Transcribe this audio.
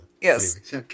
yes